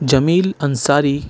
Jamil Ansari